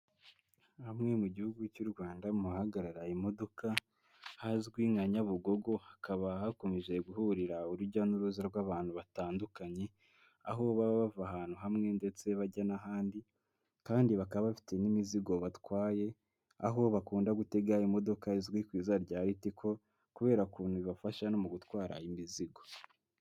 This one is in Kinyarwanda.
Hamwe mu gihugu cy'u Rwanda mu hahagarara imodoka hazwi nka Nyabugogo, hakaba hakomeje guhurira urujya n'uruza rw'abantu batandukanye, aho baba bava ahantu hamwe ndetse bajya n'ahandi, kandi bakaba bafite n'imizigo batwaye, aho bakunda gutega imodoka izwi ku izina rya Ritco kubera ukuntu ibafasha no mu gutwara imizigo.